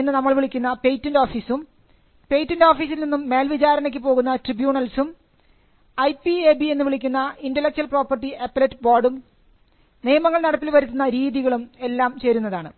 എന്ന് നമ്മൾ വിളിക്കുന്ന പേറ്റന്റ് ഓഫീസും പേറ്റന്റ് ഓഫീസിൽ നിന്നും മേൽ വിചാരണക്ക് പോകുന്ന ട്രിബ്യൂണൽസും ഐപിഎബി എന്ന് വിളിക്കുന്ന ഇന്റെലക്ച്വൽ പ്രോപർട്ടി അപ്പലറ്റ് ബോർഡും നിയമങ്ങൾ നടപ്പിൽ വരുത്തുന്ന രീതികളും എല്ലാം ചേരുന്നതാണ്